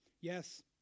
yes